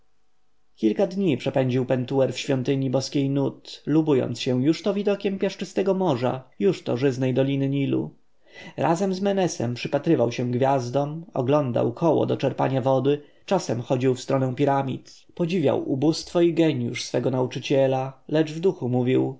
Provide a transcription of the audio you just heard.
kilka dni przepędził pentuer w świątyni boskiej nut lubując się jużto widokiem piaszczystego morza jużto żyznej doliny nilu razem z menesem przypatrywał się gwiazdom oglądał koło do czerpania wody czasami chodził w stronę piramid podziwiał ubóstwo i genjusz swego nauczyciela lecz w duchu mówił